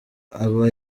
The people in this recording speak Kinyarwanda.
aha